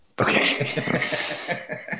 okay